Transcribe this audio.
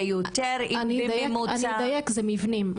זה יותר אם בממוצע --- אני אדייק, אלה מבנים.